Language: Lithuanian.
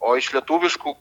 o iš lietuviškų